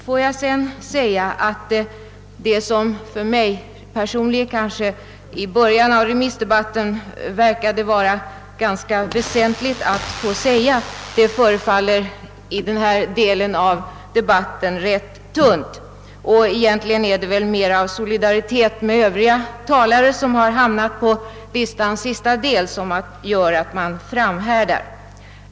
Får jag sedan säga att det som för mig personligen i början av remissdebatten verkade att vara ganska väsentligt att framhålla nu, i detta skede av debatten, förefaller rätt tunt. Och egentligen är det väl snarast solidaritet med övriga talare på listans sista del som gör att man framhärdar.